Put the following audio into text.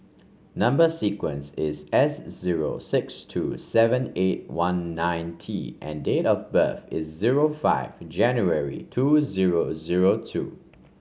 number sequence is S zero six two seven eight one nine T and date of birth is zero five January two zero zero two